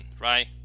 right